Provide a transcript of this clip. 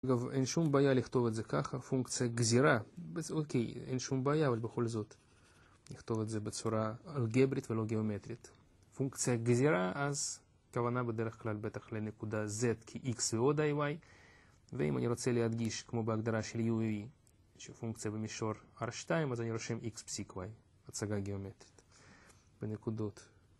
אגב, אין שום בעיה לכתוב את זה ככה, פונקציה גזירה, אוקיי, אין שום בעיה, אבל בכל זאת נכתוב את זה בצורה אלגברית ולא גיאומטרית פונקציה גזירה אז כוונה בדרך כלל בטח לנקודה Z כי X ועוד AY ואם אני רוצה להדגיש כמו בהגדרה של UUV שפונקציה במישור R2, אז אני רושם X פסיק Y, הצגה גיאומטרית בנקודות